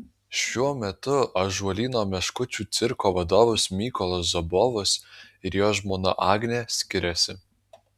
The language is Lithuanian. šiuo metu ąžuolyno meškučių cirko vadovas mykolas zobovas ir jo žmona agnė skiriasi